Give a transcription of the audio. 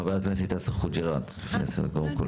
חבר הכנסת יאסר חוג'יראת, בבקשה.